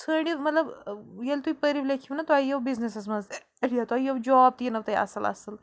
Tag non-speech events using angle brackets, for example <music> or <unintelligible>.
ژھٲنڈِو مطلب ییٚلہِ تُہۍ پٔرِو لیٚکھِو نَہ تۄہہِ یِیَو بِزنِسَس منٛز <unintelligible> تۄہہِ یِیِو جاب تہِ یِنو تۄہہِ اَصٕل اَصٕل